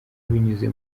binyuze